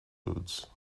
rhodes